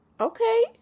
okay